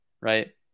right